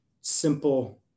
simple